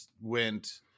went